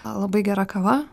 labai gera kava